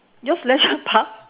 yours leisure park